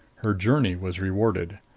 her journey was rewarded.